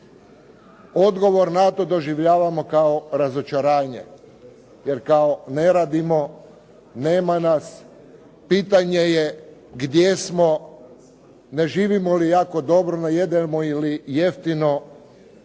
odgovor na to doživljavamo kao razočaranje jer kao ne radimo, nema nas, pitanje je gdje smo, ne živimo li jako dobro, ne jedemo li jeftino